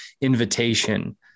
invitation